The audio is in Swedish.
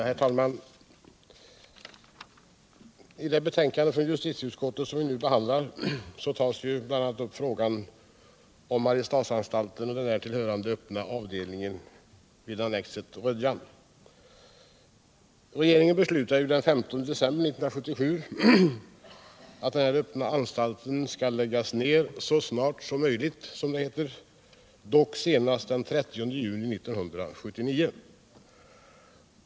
Herr talman! I det betänkande från justitieutskottet som vi nu behandlar tas bl.a. upp frågan om Mariestadsanstalten och den därtill hörande öppna avdelningen vid annexet Rödjan. Regeringen beslutade den 15 december 1977 att denna öppna anstalt skall läggas ned så snart som möjligt, som det heter, dock senast den 30 juni 1979.